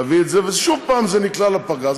להביא את זה, ושוב זה נקלע לפגרה.